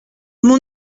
mon